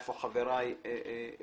איפה חבריי יהיו,